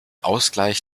ausgleich